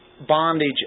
bondage